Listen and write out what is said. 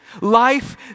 life